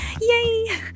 Yay